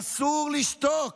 אסור לשתוק